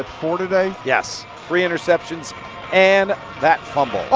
ah four today? yes, three interceptions and that fumble.